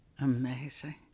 Amazing